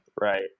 Right